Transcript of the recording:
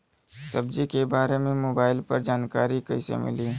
सब्जी के बारे मे मोबाइल पर जानकारी कईसे मिली?